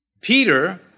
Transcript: Peter